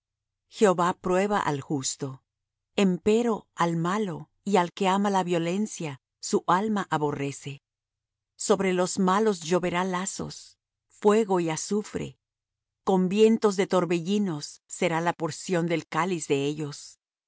jehová prueba al justo empero al malo y al que ama la violencia su alma aborrece sobre los malos lloverá lazos fuego y azufre con vientos de torbellinos será la porción del cáliz de ellos